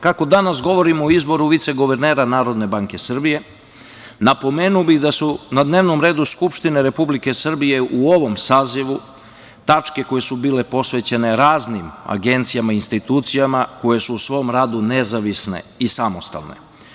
Kako danas govorimo o izboru viceguvernera NBS, napomenuo bih da su na dnevnom redu Skupštine Republike Srbije u ovom sazivu tačke koje su bile posvećene raznim agencijama i institucijama koje su u svom radu nezavisne i samostalne.